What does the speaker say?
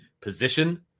position